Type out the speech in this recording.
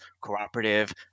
cooperative